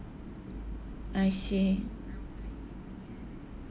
I see